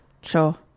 Sure